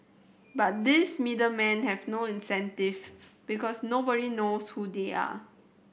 but these middle men have no incentive because nobody knows who they are